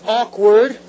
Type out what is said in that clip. awkward